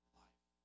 life